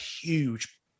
huge